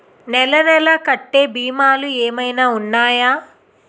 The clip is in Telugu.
నెల నెల కట్టే భీమాలు ఏమైనా ఉన్నాయా?